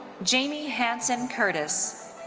jamie hanssen curtis.